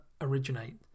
originate